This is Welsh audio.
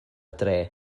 dre